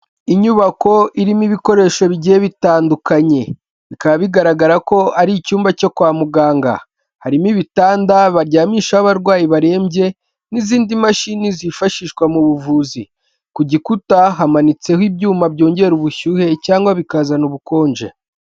Inyubako irimo ibikoresho bigiye bitandukanye bikaba bigaragara ko ari icyumba cyo kwa muganga, harimo ibitanda baryamishaho abarwayi barembye n'izindi mashini zifashishwa mu buvuzi ku gikuta hamanitseho ibyuma byongera ubushyuhe cyangwa bikazana ubukonje.